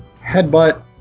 headbutt